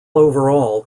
overall